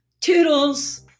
toodles